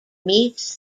meets